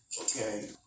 Okay